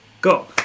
Go